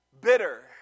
bitter